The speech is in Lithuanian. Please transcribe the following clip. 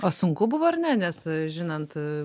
o sunku buvo ar ne nes žinant